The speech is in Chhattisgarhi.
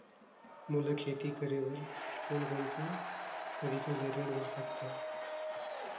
मोला खेती करे बर कोन कोन सा तरीका ले ऋण मिल सकथे?